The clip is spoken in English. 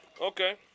Okay